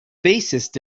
bassist